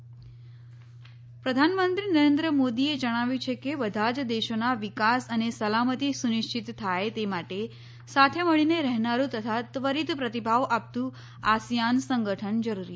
પ્રધાનમંત્રી આસિયાન પ્રધાનમંત્રી નરેન્દ્ર મોદીએ જણાવ્યું છેકે બધા જ દેશોનો વિકાસ અને સલામતી સુનિશ્ચિત થાય તે માટે સાથે મળીને રહેનારૂ તથા ત્વરીત પ્રતિભાવ આપતું આસિયાન સંગઠન જરૂરી છે